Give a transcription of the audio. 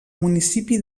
municipi